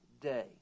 day